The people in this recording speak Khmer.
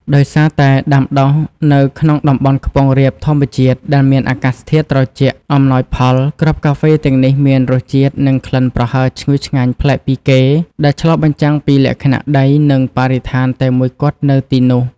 ដោយសារតែដាំដុះនៅក្នុងតំបន់ខ្ពង់រាបធម្មជាតិ ដែលមានអាកាសធាតុត្រជាក់អំណោយផល គ្រាប់កាហ្វេទាំងនេះមានរសជាតិ និងក្លិនប្រហើរឈ្ងុយឆ្ងាញ់ប្លែកពីគេ ដែលឆ្លុះបញ្ចាំងពីលក្ខណៈដី និងបរិស្ថានតែមួយគត់នៅទីនោះ។